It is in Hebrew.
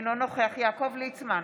אינו נוכח יעקב ליצמן,